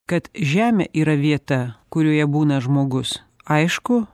kad žemė yra vieta kurioje būna žmogus aišku